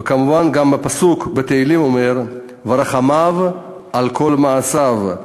וכמובן גם הפסוק בתהילים אומר: "ורחמיו על כל מעשיו".